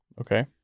Okay